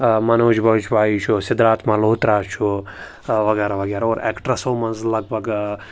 منوج بھاجپایی چھُ سِدھارت ملہوترٛا چھُ وغیرہ وغیرہ اوس اٮ۪کٹرٛسو منٛز لگ بگ